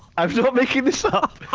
i'm not making this ah up.